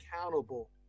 accountable